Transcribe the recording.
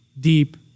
deep